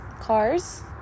cars